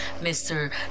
Mr